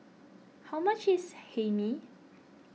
how much is Hae Mee